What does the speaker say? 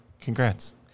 congrats